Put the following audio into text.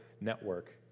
network